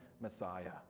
Messiah